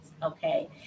Okay